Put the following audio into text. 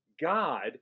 God